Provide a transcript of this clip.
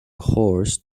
horse